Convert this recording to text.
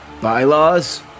Bylaws